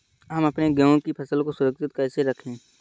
हम अपने गेहूँ की फसल को सुरक्षित कैसे रखें?